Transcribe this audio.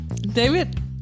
David